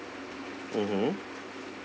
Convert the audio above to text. mmhmm